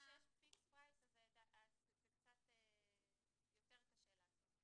ועדה -- ברגע שיש פיקסד פרייס אז זה קצת יותר קשה לעשות.